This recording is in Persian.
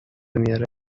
میاره